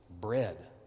bread